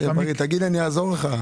תגיד, אני אעזור לך.